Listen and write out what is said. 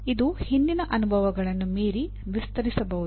ಇದು ಹಿಂದಿನ ಅನುಭವಗಳನ್ನು ಮೀರಿ ವಿಸ್ತರಿಸಬಹುದು